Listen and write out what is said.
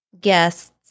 guests